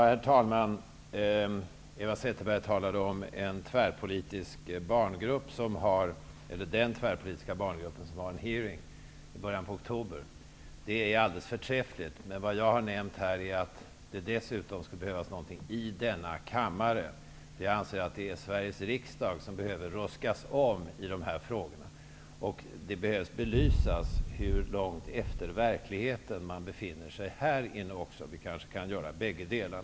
Herr talman! Eva Zetterberg talade om den tvärpolitiska barngruppen som skall anordna en hearing i början av oktober. Det är alldeles förträffligt, men det skulle dessutom behövas någonting i denna kammare. Jag anser att det är Sveriges riksdag som behöver ruskas om i dessa frågor. Det behövs en belysning av hur långt ifrån verkligheten man här inne befinner sig. Vi kan kanske göra bägge delarna.